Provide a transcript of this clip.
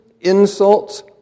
insults